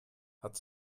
hat